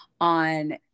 on